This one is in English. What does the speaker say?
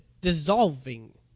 dissolving